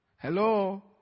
Hello